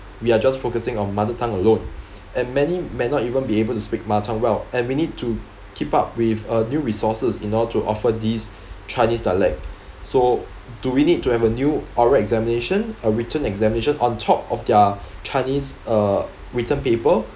we are just focusing on mother tongue alone and many may not even be able to speak mother tongue well and we need to keep up with uh new resources in order to offer these chinese dialect so do we need to have a new oral examination a written examination on top of their chinese uh written paper